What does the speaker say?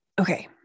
Okay